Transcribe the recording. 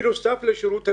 בנוסף לשירות הנייד,